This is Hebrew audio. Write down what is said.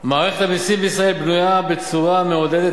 מערכת המסים בישראל בנויה בצורה המעודדת